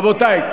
רבותי.